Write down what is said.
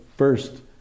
first